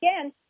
again